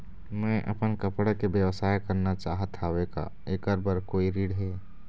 मैं अपन कपड़ा के व्यवसाय करना चाहत हावे का ऐकर बर कोई ऋण हे?